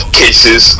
cases